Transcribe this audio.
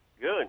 Good